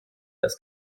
das